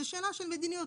זה שאלה של מדיניות,